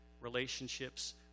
relationships